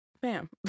Bam